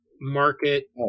market